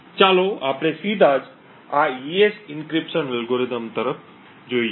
ચાલો આપણે સીધા જ આ AES એન્ક્રિપ્શન એલ્ગોરિધમ તરફ જઈએ